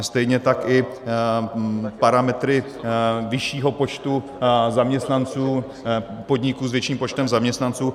Stejně tak i parametry vyššího počtu zaměstnanců, podniků s vyšším počtem zaměstnanců.